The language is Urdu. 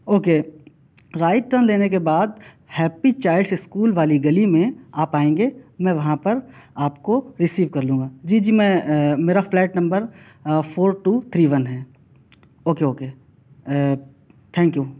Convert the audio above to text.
اوکے رائٹ ٹرن لینے کے بعد ہیپی چائلڈس اسکول والی گلی میں آپ آئیں گے میں وہاں پر آپ کو ریسیو کر لوں گا جی جی میں میرا flat number four two three one ہے اوکے اوکے تھینک یو